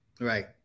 Right